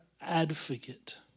advocate